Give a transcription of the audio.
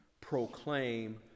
Proclaim